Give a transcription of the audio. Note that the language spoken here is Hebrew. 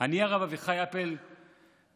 "אני, הרב אביחי אפל מפרנקפורט,